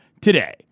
today